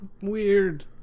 weird